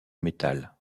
métal